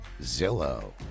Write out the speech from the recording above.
Zillow